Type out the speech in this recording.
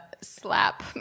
slap